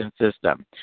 system